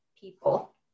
people